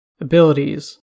Abilities